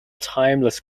timeless